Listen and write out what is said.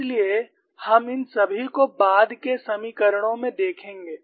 इसलिए हम इन सभी को बाद के समीकरणों में देखेंगे